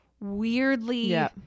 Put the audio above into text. weirdly